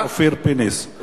חבר הכנסת אופיר אקוניס,